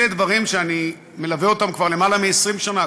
אלה דברים שאני מלווה אותם כבר יותר מ-20 שנה,